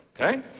okay